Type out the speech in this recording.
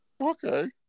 Okay